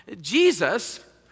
Jesus